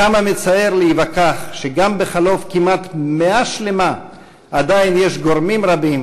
כמה מצער להיווכח שגם בחלוף כמעט מאה שלמה עדיין יש גורמים רבים,